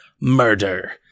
Murder